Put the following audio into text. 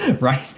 right